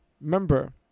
Remember